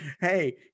Hey